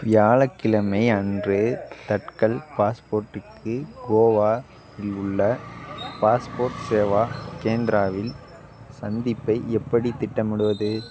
வியாழக்கிலமை அன்று தட்கல் பாஸ்போர்ட்டுக்கு கோவா இல் உள்ள பாஸ்போர்ட் சேவா கேந்திராவில் சந்திப்பை எப்படி திட்டமிடுவது